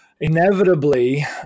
inevitably